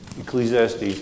Ecclesiastes